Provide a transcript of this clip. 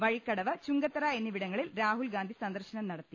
വഴിക്കടവ് ചുങ്കത്തറ എന്നിവിടങ്ങളിൽ രാഹുൽ ഗാന്ധി സന്ദർശനം നടത്തി